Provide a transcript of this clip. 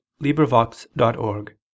LibriVox.org